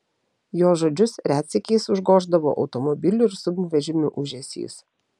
jo žodžius retsykiais užgoždavo automobilių ir sunkvežimių ūžesys